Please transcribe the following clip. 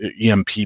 EMP